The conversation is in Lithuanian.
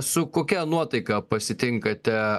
su kokia nuotaika pasitinkate